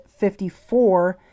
54